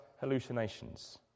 hallucinations